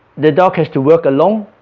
the dog has to work alone